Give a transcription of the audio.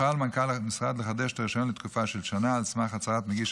יוכל מנכ"ל המשרד לחדש את הרישיון לתקופה של שנה על סמך הצהרת מגיש